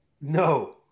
no